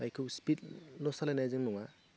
बाइकखौ स्पिडल' सालायनायजों नङा